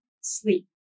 sleep